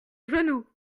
genou